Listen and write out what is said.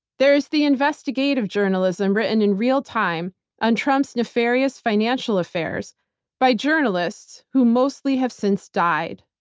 there is the investigative journalism written in real time on trump's nefarious financial affairs by journalists who mostly have since died.